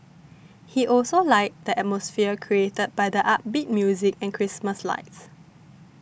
he also liked the atmosphere created by the upbeat music and Christmas lights